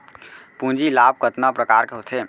पूंजी लाभ कतना प्रकार के होथे?